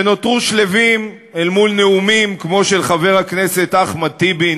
שנותרו שלווים אל מול נאומים כמו של חבר הכנסת אחמד טיבי,